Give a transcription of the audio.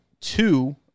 two